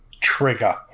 trigger